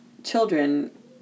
Children